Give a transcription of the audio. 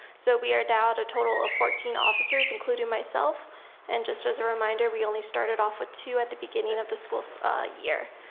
so we are down to a total of fourteen officers including myself and just as a reminder, we only started off with two at the beginning of the school year.